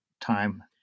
time